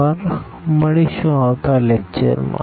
આભાર